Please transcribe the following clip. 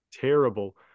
Terrible